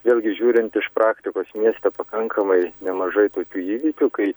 vėlgi žiūrint iš praktikos mieste pakankamai nemažai tokių įvykių kai